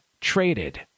traded